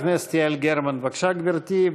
חברת הכנסת יעל גרמן, בבקשה, גברתי.